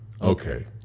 Okay